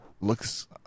Looks